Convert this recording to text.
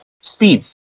speeds